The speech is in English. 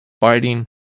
fighting